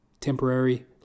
Temporary